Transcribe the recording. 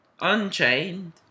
Unchained